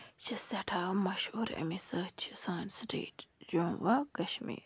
یہِ چھِ سٮ۪ٹھاہ مشہوٗر اَمی سۭتۍ چھِ سٲنۍ سٹیٹ جوٚم و کَشمیٖر